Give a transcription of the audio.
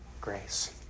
grace